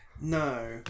No